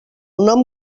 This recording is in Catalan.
nom